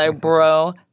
bro